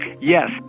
Yes